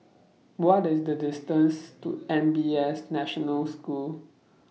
What IS The distance to N P S National School